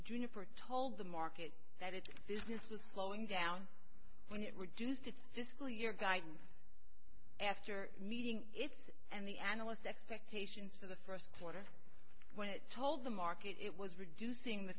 juniper told the market that it business was slowing down when it reduced its fiscal year guidance after meeting its and the analyst expectations for the first quarter when it told the market it was reducing the